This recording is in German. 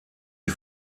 die